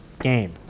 game